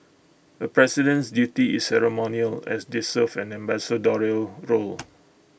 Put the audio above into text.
A president's duty is ceremonial as they serve an ambassadorial role